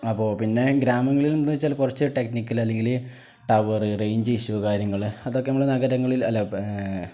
അപ്പോൾ പിന്നെ ഗ്രാമങ്ങളിൽ എന്ന് വെച്ചാൽ കുറച്ച് ടെക്നിക്കല് അല്ലെങ്കിൽ ടവറ് റേഞ്ച് ഇഷ്യൂ കാര്യങ്ങൾ അതൊക്കെ നമ്മൾ നഗരങ്ങളിൽ അല്ല